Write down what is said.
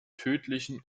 tödlichen